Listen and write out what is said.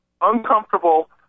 uncomfortable –